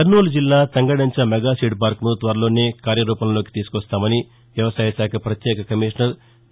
కర్నూలు జిల్లా తంగెడంచ మెగాసీడ్ పార్శును త్వరలోనే కార్యరూపంలోకి తీసుకొస్తామని వ్యవసాయ శాఖ ప్రత్యేక కమిషనర్ డి